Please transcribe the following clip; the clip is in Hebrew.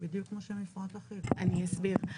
אני אסביר.